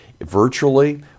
virtually